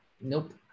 Nope